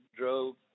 drove